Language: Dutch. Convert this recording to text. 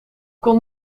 kon